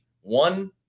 one